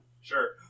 Sure